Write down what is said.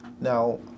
Now